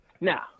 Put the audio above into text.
Now